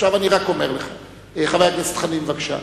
חבר הכנסת חנין, בבקשה.